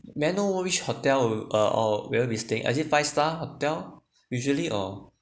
may I know which hotel uh oh where we'll staying is it five star hotel usually or